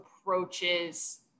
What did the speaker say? approaches